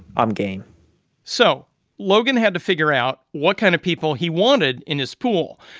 i'm game so logan had to figure out what kind of people he wanted in his pool.